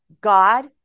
God